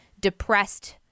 depressed